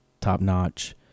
top-notch